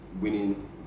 winning